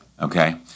Okay